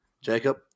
Jacob